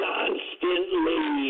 Constantly